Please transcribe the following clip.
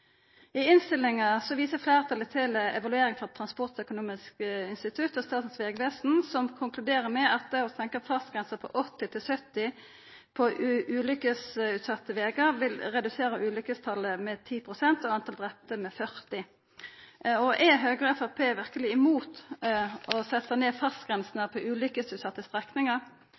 I innstillinga viser fleirtalet til ei evaluering frå Transportøkonomisk institutt og Statens vegvesen som konkluderer med at å senka fartsgrensa frå 80 til 70 km/t på ulykkesutsette vegar vil redusera ulykkestalet med 10 pst. og talet på drepne med 40 pst. Er Høgre og Framstegspartiet verkeleg mot å setja ned fartsgrensene på ulykkesutsette strekningar?